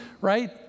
right